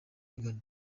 igana